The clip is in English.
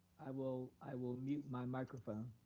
i will i will mute my microphone.